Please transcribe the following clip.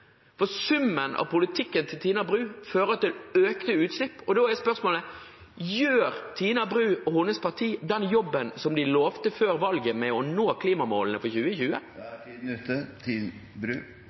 for summen av politikken hennes fører til økte utslipp. Da er spørsmålet: Gjør Tina Bru og hennes parti den jobben de lovte før valget, med å nå klimamålene for 2020?